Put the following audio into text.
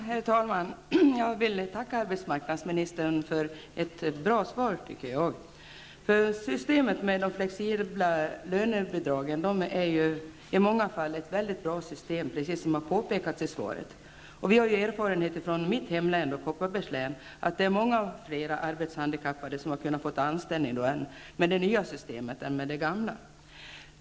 Herr talman! Jag vill tacka arbetsmarknadsministern för ett bra svar. Systemet med de flexibla lönebidragen är i många fall mycket bra, såsom har påpekats i svaret. Vi har i mitt hemlän, Kopparbergs län, den erfarenheten att många flera arbetshandikappade har kunnat få anställning med det nya systemet än med det gamla.